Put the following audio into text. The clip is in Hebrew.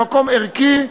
במקום ערכי,